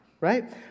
right